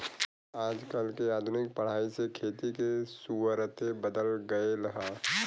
आजकल के आधुनिक पढ़ाई से खेती के सुउरते बदल गएल ह